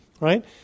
right